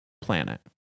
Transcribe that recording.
planet